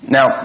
Now